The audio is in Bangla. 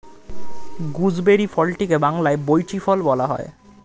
গুজবেরি ফলটিকে বাংলায় বৈঁচি ফল বলা হয়